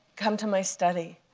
come to my study,